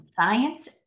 science